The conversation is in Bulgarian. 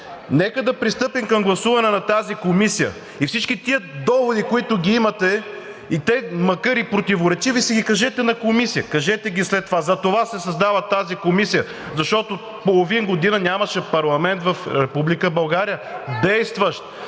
Нека да пристъпим към гласуване на тази комисия и всички тези доводи, които ги имате, макар и противоречиви, си ги кажете на комисията, кажете ги след това. Затова се създава тази комисия, защото половин година нямаше парламент в Република